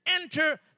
enter